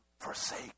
forsake